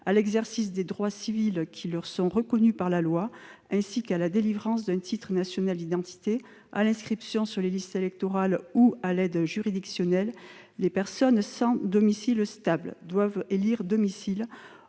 à l'exercice des droits civils qui leur sont reconnus par la loi, ainsi qu'à la délivrance d'un titre national d'identité, à l'inscription sur les listes électorales ou à l'aide juridictionnelle, les personnes sans domicile stable doivent élire domicile